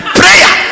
prayer